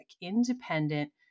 independent